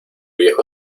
viejo